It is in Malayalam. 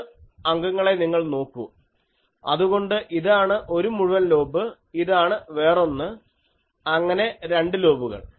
മൂന്ന് അംഗങ്ങളെ നിങ്ങൾ നോക്കൂ അതുകൊണ്ട് ഇതാണ് ഒരു മുഴുവൻ ലോബ് ഇതാണ് വേറൊന്ന് അങ്ങനെ രണ്ട് ലോബുകൾ